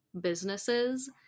businesses